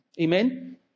Amen